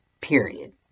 period